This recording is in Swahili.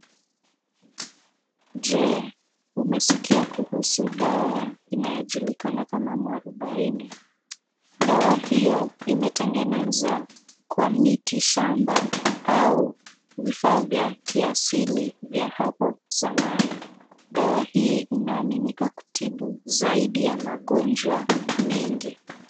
Je, umesikia kuhusu dawa inayojulikana kama muarubaine? Dawa hiyo imetengenezwa kwa mitishamba au vifaa vya kiasili vya hapo zamani. Dawa hii inaaminika kutibu zaidi ya magonjwa mengi.